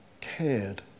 cared